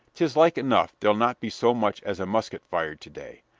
tis like enough there ll not be so much as a musket fired to-day.